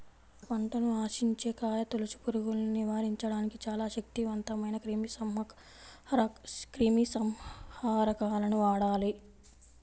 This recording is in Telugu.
పంటను ఆశించే కాయతొలుచు పురుగుల్ని నివారించడానికి చాలా శక్తివంతమైన క్రిమిసంహారకాలను వాడాలి